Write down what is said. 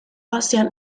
ocean